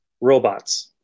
robots